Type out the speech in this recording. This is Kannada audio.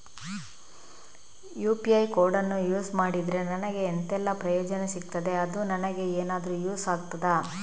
ಯು.ಪಿ.ಐ ಕೋಡನ್ನು ಯೂಸ್ ಮಾಡಿದ್ರೆ ನನಗೆ ಎಂಥೆಲ್ಲಾ ಪ್ರಯೋಜನ ಸಿಗ್ತದೆ, ಅದು ನನಗೆ ಎನಾದರೂ ಯೂಸ್ ಆಗ್ತದಾ?